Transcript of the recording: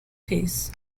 fees